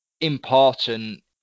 important